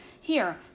Here